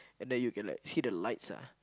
and then you can like see the lights ah